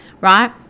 right